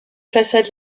façades